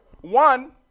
one